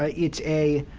ah it's a